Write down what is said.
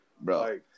Bro